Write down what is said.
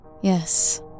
Yes